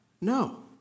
No